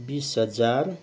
बिस हजार